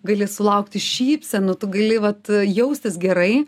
gali sulaukti šypsenų tu gali vat jaustis gerai